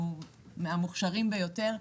שהוא מהמוכשרים ביותר,